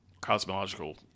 cosmological